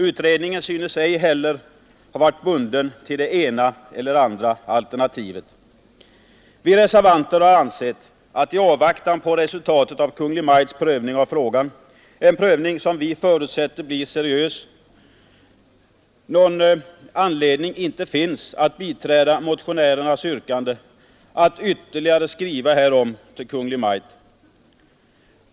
Utredningen synes ej heller ha varit bunden till det ena eller det andra alternativet. Vi reservanter anser att i avvaktan på resultatet av Kungl. Maj:ts prövning av frågan — en prövning som vi förutsätter blir seriös — finns det ingen anledning att biträda motionärernas yrkande att skriva till Kungl. Maj:t och begära ytterligare utredning.